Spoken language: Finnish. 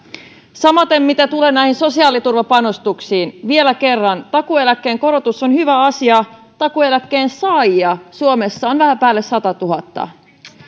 samaten mitä tulee näihin sosiaaliturvapanostuksiin vielä kerran takuueläkkeen korotus on hyvä asia takuueläkkeen saajia suomessa on vähän päälle satatuhatta